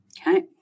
okay